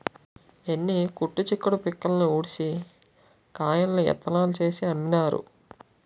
ఎన్ని కట్టు చిక్కుడు పిక్కల్ని ఉడిసి కాయల్ని ఇత్తనాలు చేసి అమ్మినారు